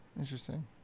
Interesting